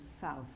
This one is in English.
South